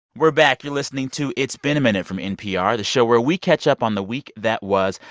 we're back. you're listening to it's been a minute from npr, the show where we catch up on the week that was.